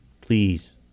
please